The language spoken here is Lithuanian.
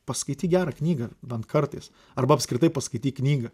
paskaityk gerą knygą bent kartais arba apskritai paskaityk knygą